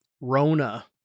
Rona